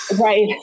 right